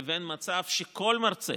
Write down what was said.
לבין מצב שכל מרצה